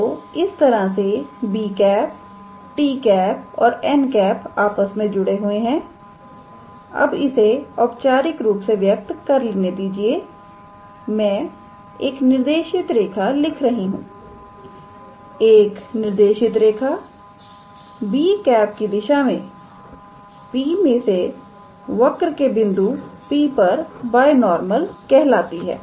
तो इस तरह से 𝑏̂ 𝑡̂ और 𝑛̂ आपस में जुड़े हुए हैं अब इसे औपचारिक रूप से व्यक्त कर लेने दीजिए मैं एक निर्देशित रेखा लिख रही हूं एक निर्देशित रेखा 𝑏̂ की दिशा में P में से वक्र के बिंदु P पर बाय नॉर्मल कहलाती है